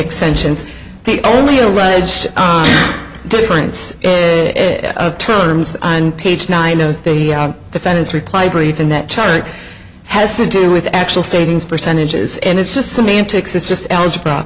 extensions the only alleged difference of terms on page nine of the defendant's reply brief in that terry has to do with actual savings percentages and it's just semantics it's just algebra